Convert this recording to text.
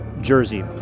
jersey